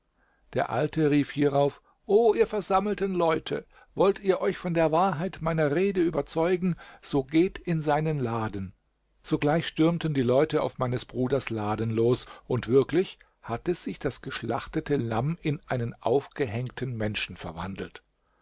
der alte rief hierauf o ihr versammelten leute wollt ihr euch von der wahrheit meiner rede überzeugen so geht in seinen laden sogleich stürmten die leute auf meines bruders laden los und wirklich hatte sich das geschlachtete lamm in einen aufgehängten menschen verwandelt